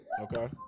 Okay